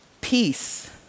Peace